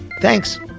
thanks